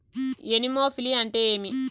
Anemophily అంటే ఏంటి?